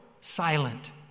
silent